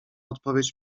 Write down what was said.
odpowiedź